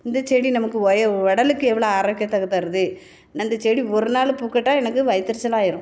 இந்த செடி நமக்கு உய உடலுக்கு எவ்வளோ ஆரோக்கியத்தை தருது அந்த செடி ஒரு நாள் பூக்காட்டால் எனக்கு வயிற்றெரிச்சல்லாயிரும்